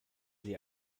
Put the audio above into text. sie